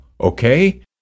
okay